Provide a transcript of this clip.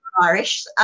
irish